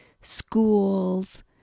schools